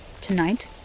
tonight